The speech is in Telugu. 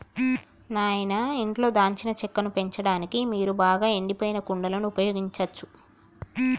నాయిన ఇంట్లో దాల్చిన చెక్కను పెంచడానికి మీరు బాగా ఎండిపోయిన కుండలను ఉపయోగించచ్చు